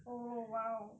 oh !wow!